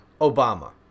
Obama